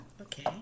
Okay